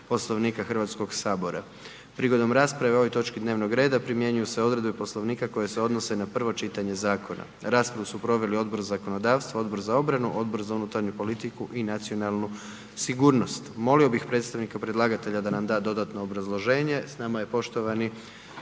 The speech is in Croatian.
Poslovnika Hrvatskoga sabora. Prigodom rasprave o ovoj točki dnevnog reda primjenjuju se odredbe Poslovnika koje se odnose na prvo čitanje zakona. Raspravu su proveli Odbor za zakonodavstvo, Odbor za obranu, Odbor za unutarnju politiku i nacionalnu sigurnost. Molio bih predstavnika predlagatelja da nam da dodatno obrazloženje. S nama je poštovani